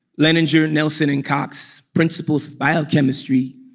lehninger, nelson and cox, principles of biochemistry,